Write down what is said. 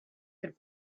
could